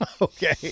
Okay